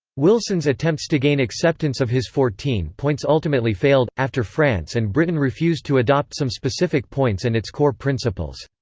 wilson's attempts to gain acceptance of his fourteen points ultimately failed, after france and britain refused to adopt some specific points and its core principles.